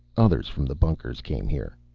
others from the bunkers came here.